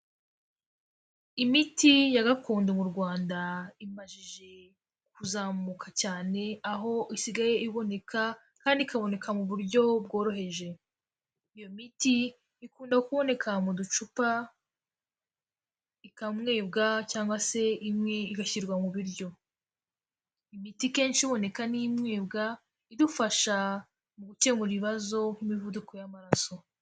Imiti ya gakondo mu Rwanda imajije kuzamuka cyane aho isigaye iboneka kandi ikaboneka mu buryo bworoheje, iyo miti ikunda kuboneka mu ducupa ikamwebwa cyangwa se imwe igashyirwa mu biryo. Imiti ikenshi iboneka n'imwibwa idufasha mu gukemura ibibazo nk'imivuduko y'amaraso.